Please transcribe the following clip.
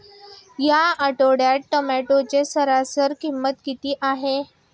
या आठवड्यात टोमॅटोची सरासरी किंमत किती आहे?